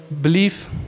belief